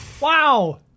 Wow